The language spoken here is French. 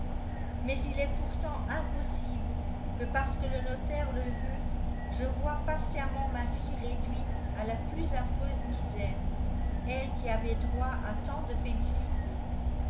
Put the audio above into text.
mais il est pourtant impossible que parce que le notaire le veut je voie patiemment ma fille réduite à la plus affreuse misère elle qui avait droit à tant de félicité